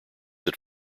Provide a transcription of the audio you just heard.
that